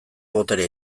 boterea